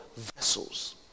vessels